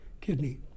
kidney